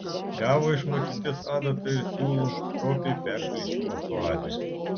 gavo iš močiutės adatą ir siūlų stropiai perplyšimą suadė